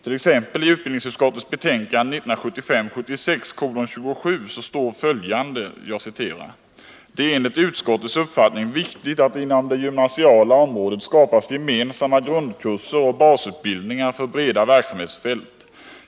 I utbildningsutskottets betänkande 1975/76:27 står exempelvis följande: ”Det är enligt utskottets uppfattning viktigt att det inom det gymnasiala området skapas gemensamma grundkurser eller basutbildningar för breda verksamhetsfält.